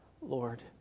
Lord